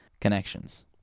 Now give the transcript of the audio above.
connections